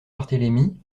barthélémy